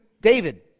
David